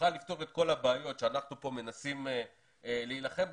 שיוכל לפתור את כל הבעיות שאנחנו כאן מנסים להילחם בהן,